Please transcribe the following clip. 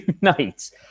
nights